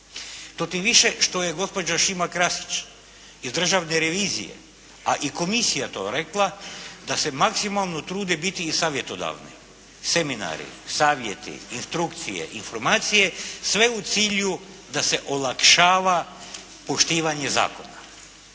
to tim više što je gospođa Šima Krasić iz Državne revizije a i komisija to rekla da se maksimalno trude biti i savjetodavni. Seminari, savjeti, instrukcije, informacije, sve u cilju da se olakšava poštivanje zakona.